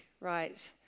right